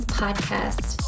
podcast